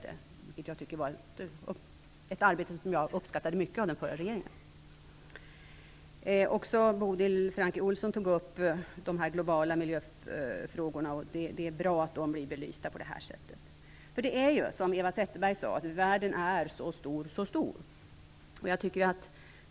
Det var ett arbete av den förra regeringen som jag uppskattade mycket. Också Bodil Francke Ohlsson tog upp de globala miljöfrågorna. Det är bra att de blir belysta. Det är ju så, som Eva Zetterberg sade, att världen är så stor, så stor.